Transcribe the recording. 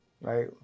right